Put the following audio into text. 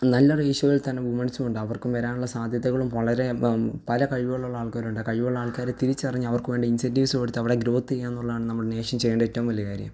നല്ല റേഷ്യോയില് തന്നെ വുമൻസും ഉണ്ട് അവര്ക്കും വരാനുള്ള സാധ്യതകളും വളരെ പല കഴിവുകൾ ഉള്ള ആള്ക്കാരുണ്ട് കഴിവുള്ള ആള്ക്കാരെ തിരിച്ചറിഞ്ഞ് അവര്ക്ക് വേണ്ട ഇന്സന്റീവ്സ് കൊടുത്ത് അവിടെ ഗ്രോത് ചെയ്യുക എന്നുള്ളതാണ് നമ്മുടെ നേഷന് ചെയ്യേണ്ട ഏറ്റവും വലിയ കാര്യം